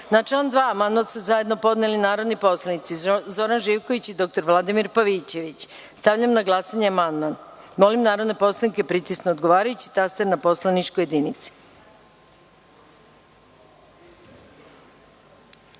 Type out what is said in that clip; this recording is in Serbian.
amandman su zajedno podneli narodni poslanici Zoran Živković i dr Vladimir Pavićević. Stavljam na glasanje amandman. Molim narodne poslanike da pritisnu odgovarajući taster na poslaničkoj